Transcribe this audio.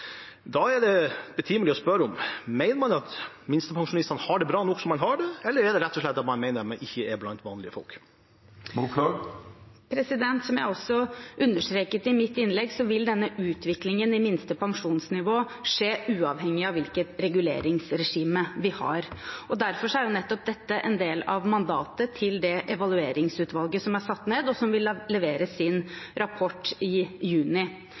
Da er det betimelig å spørre: Mener man at minstepensjonistene har det bra nok som de har det, eller mener man rett og slett at de ikke er blant vanlige folk? Som jeg understreket i mitt innlegg, vil denne utviklingen i minste pensjonsnivå skje uavhengig av hvilket reguleringsregime vi har. Derfor er nettopp dette en del av mandatet til det evalueringsutvalget som er satt ned, og som vil levere sin rapport i juni.